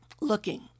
looking